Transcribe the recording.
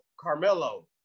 Carmelo